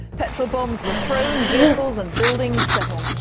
petrol bombs were thrown, vehicles and buildings set on